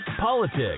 politics